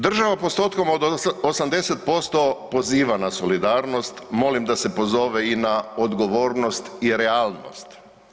Država postotkom od 80% poziva na solidarnost, molim da se pozove i na odgovornost i realnost.